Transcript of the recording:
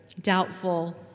doubtful